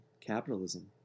capitalism